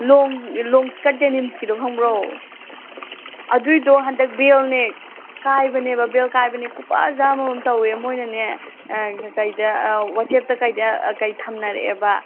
ꯂꯣꯡ ꯂꯣꯡ ꯏꯁꯀꯔꯠ ꯗꯦꯅꯤꯝꯁꯀꯤꯗꯣ ꯈꯪꯕ꯭ꯔꯣ ꯑꯗꯨꯏꯗꯣ ꯍꯟꯗꯛ ꯕꯦꯜꯅꯦ ꯀꯥꯏꯕꯅꯦꯕ ꯕꯦꯜ ꯀꯥꯏꯕꯅꯦ ꯈꯨꯐꯖ ꯑꯃꯃꯝ ꯇꯧꯋꯦ ꯃꯣꯏꯅꯅꯦ ꯀꯔꯤꯗ ꯋꯥꯆꯦꯞꯇ ꯀꯩꯗ ꯊꯝꯅꯔꯛꯑꯦꯕ